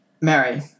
Mary